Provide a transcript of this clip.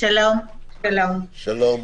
שלום,